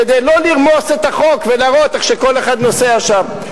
כדי לא לרמוס את החוק ולהראות איך שכל אחד נוסע שם.